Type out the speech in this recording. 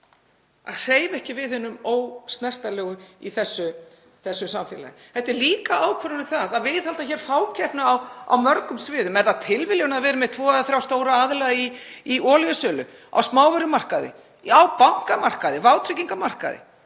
að hreyfa ekki við hinum ósnertanlegu í þessu samfélagi. Þetta er líka ákvörðun um að viðhalda hér fákeppni á mörgum sviðum. Er það tilviljun að við erum með tvo eða þrjá stóra aðila í olíusölu á smávörumarkaði, á bankamarkaði, vátryggingarmarkaði?